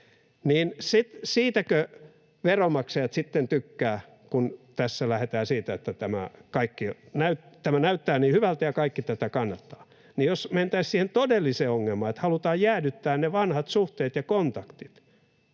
siitäkö veronmaksajat sitten tykkäävät? Tässä lähdetään siitä, että tämä näyttää niin hyvältä ja kaikki tätä kannattavat. Mutta jos mentäisiin siihen todelliseen ongelmaan, että halutaan jäädyttää ne vanhat suhteet ja kontaktit